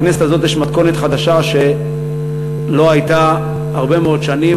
בכנסת הזאת יש מתכונת חדשה שלא הייתה הרבה מאוד שנים.